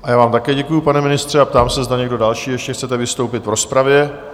Já vám také děkuju, pane ministře, a ptám se, zda někdo další ještě chcete vystoupit v rozpravě?